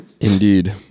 Indeed